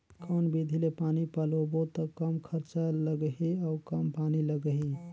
कौन विधि ले पानी पलोबो त कम खरचा लगही अउ कम पानी लगही?